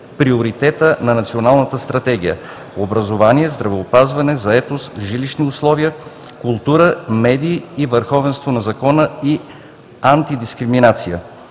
приоритета на Националната стратегия – образование, здравеопазване, заетост, жилищни условия, култура и медии, върховенство на закона и антидискриминация.